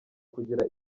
kugira